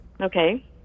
Okay